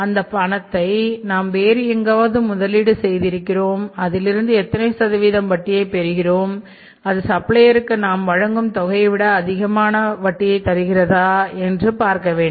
அந்த பணத்தை நாம் வேறு எங்காவது முதலீடு செய்து இருக்கிறோம் அதிலிருந்து எத்தனை சதவீதம் வட்டியை பெறுகிறோம் அது சப்ளையர்க்கு நாம் வழங்கும் தொகையைவிட அதிகமான வட்டியை தருகிறதா என்று பார்க்க வேண்டும்